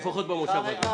מי נגד?